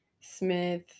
Smith